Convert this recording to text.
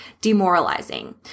demoralizing